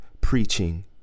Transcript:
preaching